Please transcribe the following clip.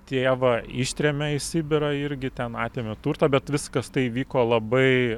tėvą ištrėmė į sibirą irgi ten atėmė turtą bet viskas tai vyko labai